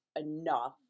enough